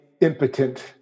impotent